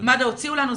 מד"א הוציאו לנו,